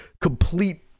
complete